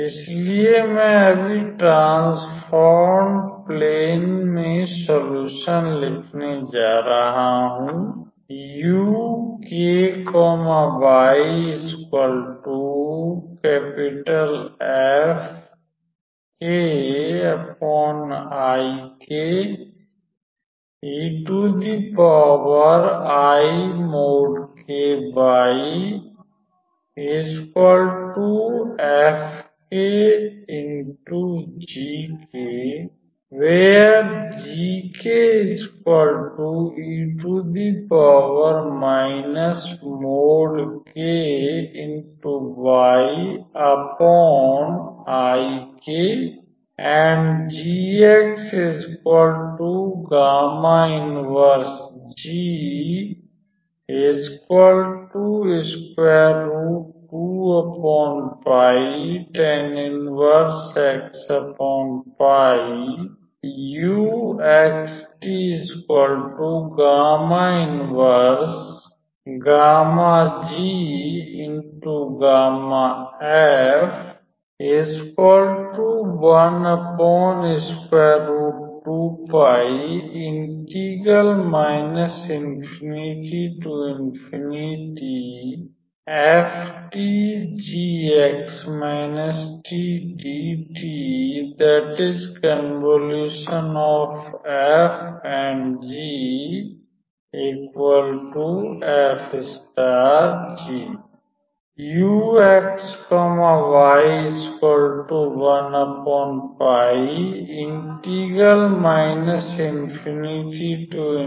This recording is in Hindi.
इसलिए मैं अभी ट्रांसफॉर्म्ड प्लेन में सोल्यूशन लिखने जा रहा हूं